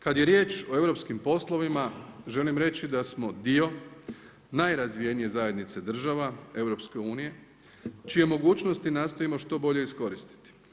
Kad je riječ o europskim poslovima, želim reći da smo dio najrazvijenije zajednice država EU, čijom mogućnosti nastojimo što bolje iskoristiti.